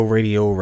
Radio